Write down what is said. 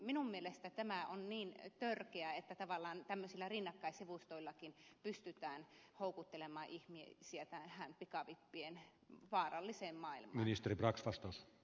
minun mielestäni tämä on niin törkeää että tavallaan tämmöisillä rinnakkaissivustoillakin pystytään houkuttelemaan ihmisiä tähän pikavippien vaaralliseen maailmaan